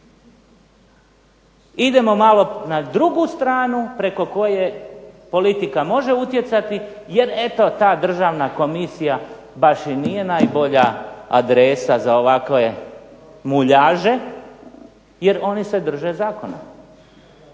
Idemo malo na drugu stranu preko koje politika može utjecati jer eto ta državna komisija baš i nije najbolja adresa za ovakve muljaže jer oni se drže zakona.